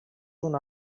una